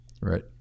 Right